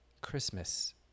Christmas